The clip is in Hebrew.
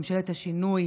ממשלת השינוי